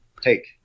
take